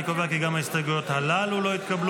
אני קובע כי גם ההסתייגויות הללו לא התקבלו.